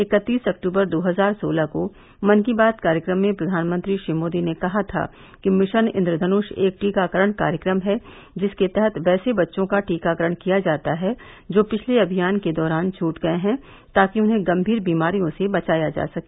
इक्कतीस अक्टूबर दो हजार सोलह को मन की बात कार्यक्रम में प्रधानमंत्री श्री मोदी ने कहा था कि मिशन इंद्रधन्ष एक टीकाकरण कार्यक्रम है जिसके तहत वैसे बच्चों का टीकाकरण किया जाता है जो पिछले अभियान के दौरान छूट गए हैं ताकि उन्हें गंभीर बीमारियों से बचाया जा सके